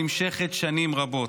הנמשכת שנים רבות.